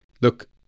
look